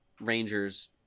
rangers